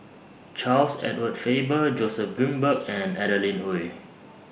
Charles Edward Faber Joseph Grimberg and Adeline Ooi